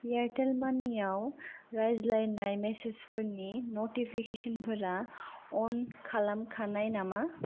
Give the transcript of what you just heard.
Airtel मानिआव रायज्लायनाय मेसेजफोरनि नटिफिकेसोनफोरा अन खालामखानाय नामा